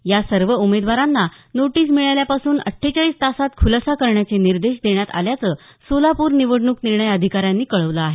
या सर्व उमेदवारांना नोटीस मिळाल्यापासून अठ्ठेचाळीस तासांत ख्लासा करण्याचे निर्देश देण्यात आल्याचं सोलापूर निवडणूक निर्णय अधिकाऱ्यांनी कळवलं आहे